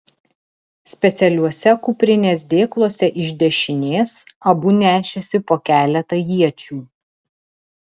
specialiuose kuprinės dėkluose iš dešinės abu nešėsi po keletą iečių